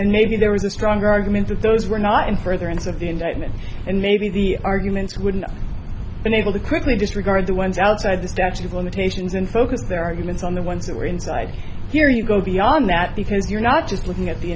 and maybe there was a stronger argument that those were not in furtherance of the indictment and maybe the arguments wouldn't have been able to quickly disregard the ones outside the statute of limitations and focus their arguments on the ones that were inside here you go beyond that because you're not just looking at the